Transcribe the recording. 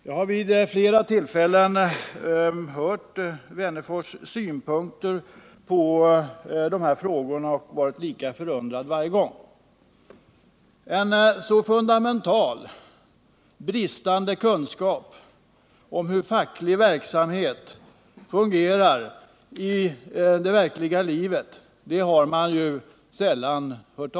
Jag har vid flera tillfällen hört Alf Wennerfors synpunkter på de här frågorna och varje gång varit lika förundrad. En så fundamental brist på kunskap om hur facklig verksamhet fungerar i det verkliga livet har man sällan skådat.